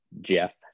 jeff